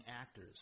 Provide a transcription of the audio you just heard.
actors